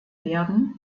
werden